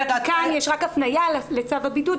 כאן יש רק הפניה לצו הבידוד.